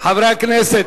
חברי הכנסת,